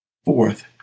Fourth